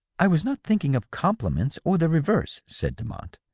i was not thinking of compliments or their reverse, said demotte,